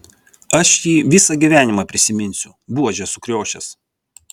aš jį visą gyvenimą prisiminsiu buožė sukriošęs